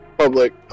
Public